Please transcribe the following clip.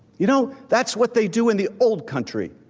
you know that's what they do in the old country,